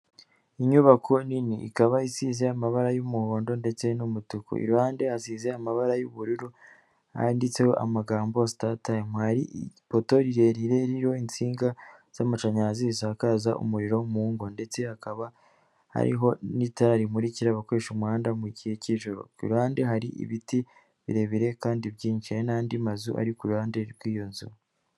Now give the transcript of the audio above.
Inyubako nini ikaba isize amabara y'umuhondo ndetse n'umutuku, iruhande hasize amabara y'ubururu handitseho amagambo sita tayimu, hari ipoto rirerire ririho insinga z'amashanyarazi, zisakaza umuriro mu ngo ndetse hakaba hariho n'itara rimukira abakoresha umuhanda mu gihe k'ijoro, ku mpande hari ibiti birebire kandi byinshi, hari n'andi mazu ari ku ruhande rw'iyo nzu.